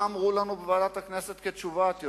מה אמרו לנו בוועדת הכנסת כתשובה את יודעת?